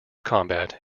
combat